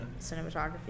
cinematography